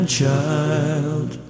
child